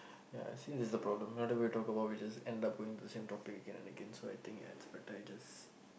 ya I see this is the problem now that we talk about it we just end up going to the same topic again and again so I think it's about time I just